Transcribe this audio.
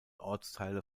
ortsteile